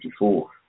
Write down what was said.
1954